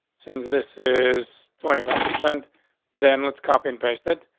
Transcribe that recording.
since this is twenty five percent then let's copy. invest it.